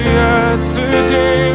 yesterday